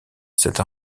cette